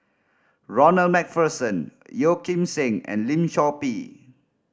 Ronald Macpherson Yeo Kim Seng and Lim Chor Pee